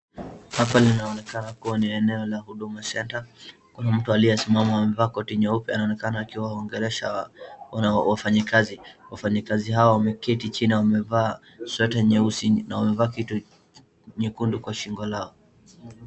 Hapa linaonekana kuwa ni eneo la Huduma Center. Kuna mtu aliyesimama amevaa koti nyeupe anaonekana akiwaongelesha wafanyikazi. Wafanyikazi hawa wameketi chini wamevaa sweta nyeusi na wamevaa kitu nyekundu kwenye shingo lao.